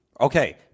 Okay